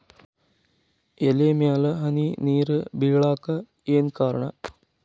ಎಲೆ ಮ್ಯಾಲ್ ಹನಿ ನೇರ್ ಬಿಳಾಕ್ ಏನು ಕಾರಣ?